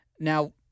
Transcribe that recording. Now